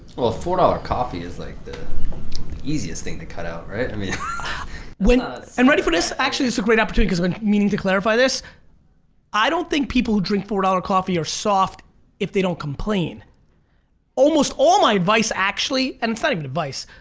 well a four dollars coffee is like the easiest thing to cut out right i mean when and ready for this actually it's a great opportunity i've been meaning to clarify this i don't think people who drink four dollars coffee are soft if they don't complain almost all my advice actually and it's not even advice,